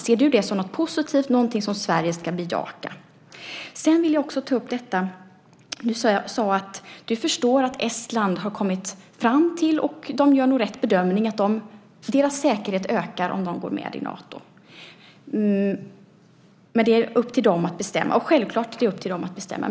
Ser du det som något positivt, något som Sverige ska bejaka? Du sade att du förstår att Estland har kommit fram till, och gör nog rätt bedömning, att deras säkerhet ökar om de går med i Nato, men att det är upp till dem att bestämma. Självklart är det upp till dem att bestämma.